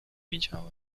widziałem